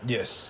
Yes